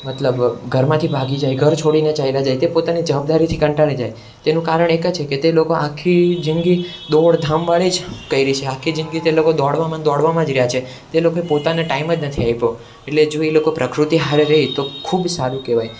મતલબ ઘરમાંથી ભાગી જાય ઘર છોડીને ચાલ્યા જાય તે પોતાની જવાબદારીથી કંટાળી જાય તેનું કારણ એક જ છે કે તે લોકો આખી જિંદગી દોડધામ વાળી જ કરી છે આખી જિંદગી તે લોકો દોડવામાં ને દોડવામાં જ રહ્યા છે તે લોકોએ પોતાને ટાઈમ જ નથી આપ્યો એટલે જો એ લોકો પ્રકૃતિ હારે રહે તો ખૂબ સારું કહેવાય